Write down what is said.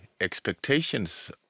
expectations